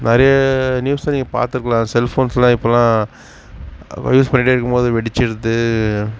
நிறையா நியூஸில் நீங்கள் பாத்திருக்கலாம் செல்ஃபோன்ஸ்லாம் இப்போலாம் யூஸ் பண்ணிகிட்டே இருக்கும் போது வெடிச்சுடுது